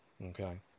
Okay